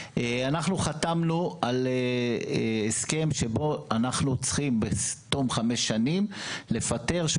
אבל גם לא כאלה שצריכים לפטר.